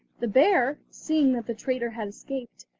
the bear, seeing that the traitor had escaped,